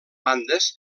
bandes